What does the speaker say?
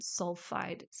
sulfide